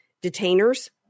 detainers